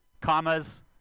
Commas